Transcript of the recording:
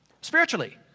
Spiritually